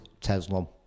tesla